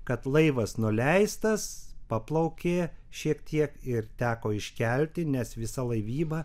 kad laivas nuleistas paplaukė šiek tiek ir teko iškelti nes visa laivyba